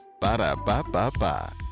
Ba-da-ba-ba-ba